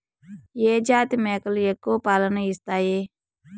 ఏ జాతి మేకలు ఎక్కువ పాలను ఇస్తాయి?